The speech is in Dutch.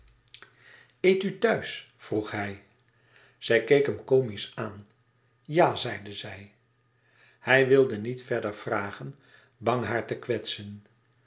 eet u thuis vroeg hij zij keek hem komisch aan ja zeide zij hij wilde niet verder vragen bang haar te kwetsen